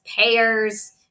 payers